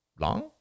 long